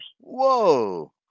Whoa